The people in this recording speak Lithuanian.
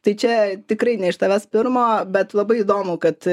tai čia tikrai ne iš tavęs pirmo bet labai įdomu kad